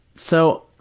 so,